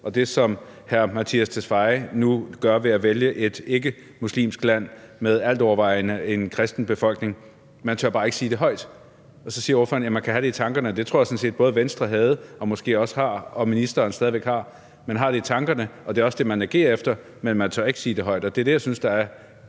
og det, som hr. Mattias Tesfaye nu gør ved at vælge et ikkemuslimsk land med en altovervejende kristen befolkning. Man tør bare ikke sige det højt. Så siger ordføreren, at man kan have det i tankerne. Det tror jeg sådan set både Venstre havde og måske også har – og at ministeren stadig væk har. Man har det i tankerne, og det er også det, man agerer efter, men man tør ikke sige det højt. Man er lidt bange for sin